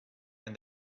and